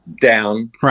down